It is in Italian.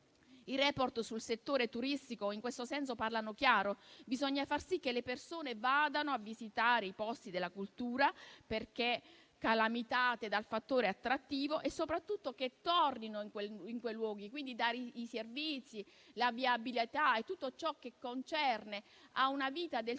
I *report* sul settore turistico in questo senso parlano chiaro: bisogna far sì che le persone vadano a visitare i posti della cultura, perché calamitate dal fattore attrattivo e soprattutto che tornino in quei luoghi. Bisogna offrire i servizi, la viabilità e tutto ciò che facilita la vita del turista